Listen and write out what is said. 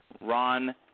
Ron